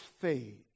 faith